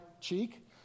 cheek